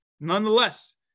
Nonetheless